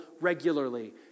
regularly